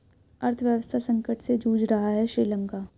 अर्थव्यवस्था संकट से जूझ रहा हैं श्रीलंका